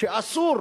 שאסור